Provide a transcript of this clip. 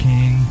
King